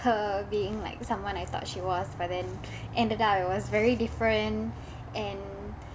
her being like someone I thought she was but then ended up it was very different and